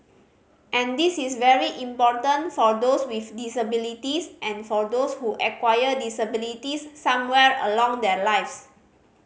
and this is very important for those with disabilities and for those who acquire disabilities somewhere along their lives